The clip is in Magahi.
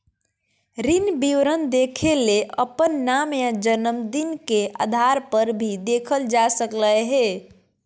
ऋण विवरण देखेले अपन नाम या जनम दिन के आधारपर भी देखल जा सकलय हें